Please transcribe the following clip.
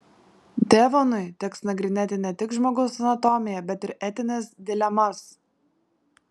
devonui teks nagrinėti ne tik žmogaus anatomiją bet ir etines dilemas